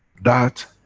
that